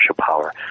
power